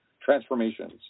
Transformations